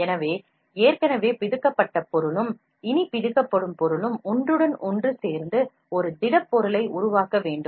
எனவே ஏற்கனவே பிதுக்கப்பட்ட வெளியேற்றப்பட்ட பொருளும் இனி பிதுக்கப்படும் வெளியேற்றப்படும் பொருளும் ஒன்றுடன் ஒன்று சேர்ந்து ஒரு திடப் பொருளை உருவாக்க வேண்டும்